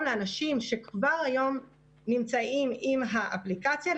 לאנשים שכבר היום נמצאים עם האפליקציה,